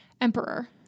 emperor